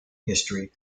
history